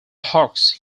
hawks